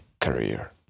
career